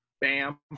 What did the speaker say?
bam